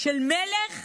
של מלך